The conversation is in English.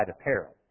apparel